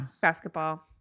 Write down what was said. Basketball